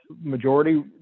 majority